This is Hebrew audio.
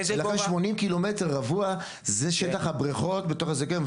ולכן 80 קילומטר רבוע זה שטח הבריכות בתוך הזיכיון.